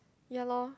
ya lor